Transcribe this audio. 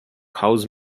house